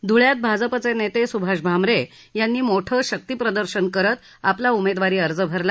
धुळ्यात भाजपचे नेते स्भाष भामरे यांनी मोठं शक्तिप्रदर्शन करत आपला उमेदवारी अर्ज भरला